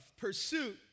Pursuit